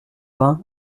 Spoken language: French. vingt